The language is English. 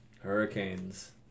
Hurricanes